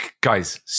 Guys